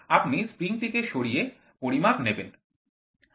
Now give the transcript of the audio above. আপনি স্প্রিং টিকে সরিয়ে পরিমাপটি নেবেন